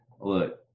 Look